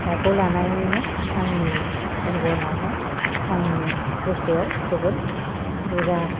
फिसाखौ लानानैनो आंनि जिबनावहाय आंनि गोसोआव जोबोर दुगा